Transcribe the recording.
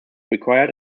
required